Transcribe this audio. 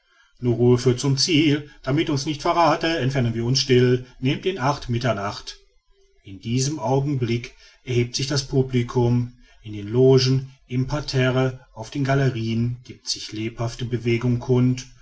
ruhe führt zum ziel damit uns nichts verrathe entfernen wir uns still nehmt in acht mitternacht in diesem augenblick erhebt sich das publicum in den logen im parterre auf den galerien giebt sich lebhafte bewegung kund